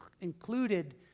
included